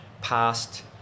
past